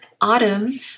autumn